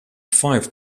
five